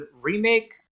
Remake